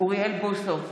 אוריאל בוסו,